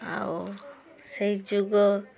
ଆଉ ସେଇ ଯୋଗ